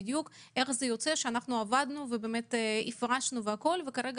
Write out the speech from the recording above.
איך יכול להיות שעבדנו הפרשנו וכרגע